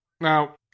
Now